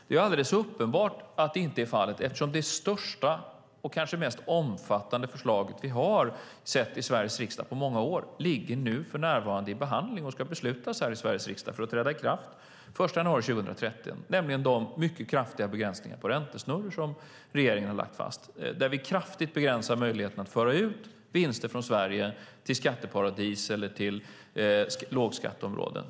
Det är uppenbart att så inte är fallet, eftersom det största och kanske mest omfattande förslag vi har sett i Sveriges riksdag på många år för närvarande ligger under behandling och ska beslutas här i Sveriges riksdag för att träda kraft den 1 januari 2013, nämligen de mycket kraftiga begränsningar på räntesnurror som regeringen har lagt fast. Där begränsar vi kraftigt möjligheterna att föra ut vinster från Sverige till skatteparadis eller lågskatteområden.